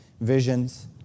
Visions